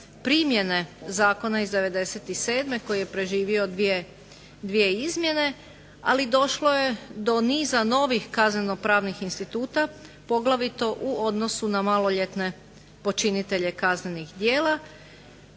primjene zakona iz '97. koji je preživio dvije izmjene, ali došlo je do niza novih kazneno-pravnih instituta poglavito u odnosu na maloljetne počinitelje kaznenih djela.